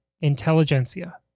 intelligentsia